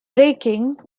breaking